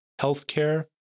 healthcare